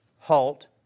halt